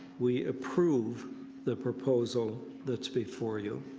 we approve the proposal that's before you.